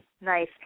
nice